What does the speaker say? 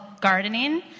gardening